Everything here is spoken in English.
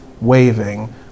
waving